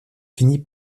finit